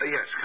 Yes